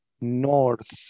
north